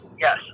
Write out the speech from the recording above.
Yes